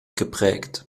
geprägt